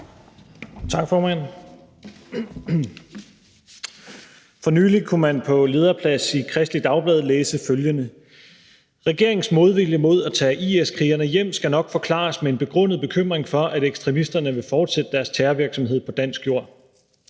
Tak, formand. Man kunne for nylig på lederpladsen i Kristeligt Dagblad læse følgende: »Regeringens modvilje mod at tage IS-krigerne hjem skal nok forklares med en begrundet bekymring for, at ekstremisterne vil fortsætte deres terrorvirksomhed på dansk jord